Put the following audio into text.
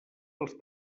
dels